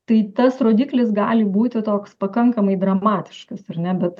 tai tas rodiklis gali būti toks pakankamai dramatiškas ar ne bet